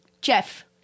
Jeff